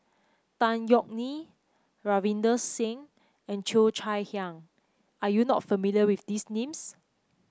Tan Yeok Nee Ravinder Singh and Cheo Chai Hiang are you not familiar with these names